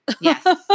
Yes